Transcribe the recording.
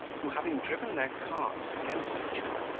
who having driven their carts against each other,